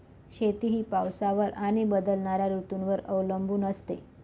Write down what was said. शेती ही पावसावर आणि बदलणाऱ्या ऋतूंवर अवलंबून असते